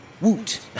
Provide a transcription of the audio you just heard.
woot